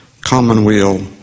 Commonweal